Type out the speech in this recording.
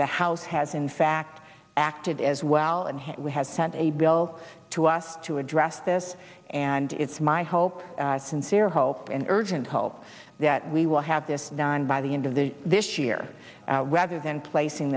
the house has in fact acted as well and we had sent a bill to us to address this and it's my hope sincere hope and urgent hope that we will have this done by the end of the this year rather than placing